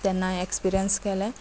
तेन्ना एक्सपिरियन्स केले